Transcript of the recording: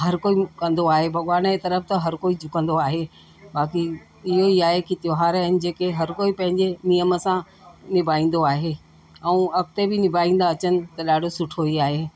हर कोई कंदो आहे भॻवानजे तरफ़ त हर कोई झुकंदो आहे बाक़ी इयो ई आहे कि त्योहार आहिनि जेके हर कोई पंहिंजे नियम सां निभाईंदो आहे ऐं अॻिते बि निभाईंदा अचनि त ॾाढो सुठो ई आहे